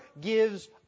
gives